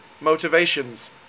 motivations